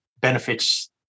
benefits